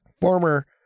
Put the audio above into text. former